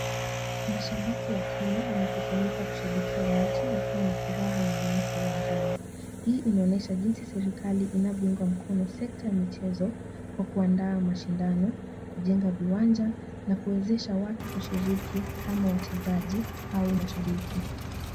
Mashabiki wa timu wamekusanyika kushabikia mechi wakiwa na furaha na hamasa uwanjani. Hii inaonyesha jinsi serikali inavyounga mkono sekta ya michezo kwa kuandaa mashindano, kujenga viwanja na kuwezesha watu kushiriki kama wachezaji au mashabiki .